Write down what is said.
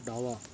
डावा